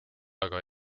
aga